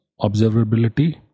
observability